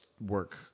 work